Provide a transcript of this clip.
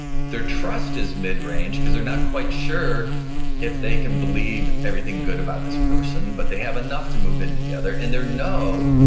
their trust is mid range because they're not quite sure if they can believe everything good about this person but they have enough to move in together, and they're know,